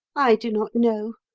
i do not know.